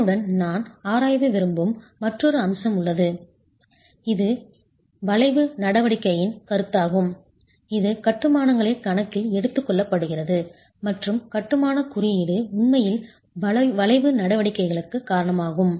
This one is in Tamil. இதனுடன் நான் ஆராய விரும்பும் மற்றொரு அம்சம் உள்ளது இது வளைவு நடவடிக்கையின் கருத்தாகும் இது கட்டுமானங்களில் கணக்கில் எடுத்துக்கொள்ளப்படுகிறது மற்றும் கட்டுமான குறியீடு உண்மையில் வளைவு நடவடிக்கைக்குக் காரணமாகும்